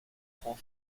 prend